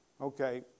Okay